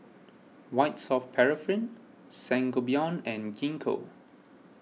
White Soft Paraffin Sangobion and Gingko